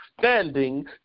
standing